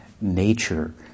Nature